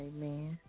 Amen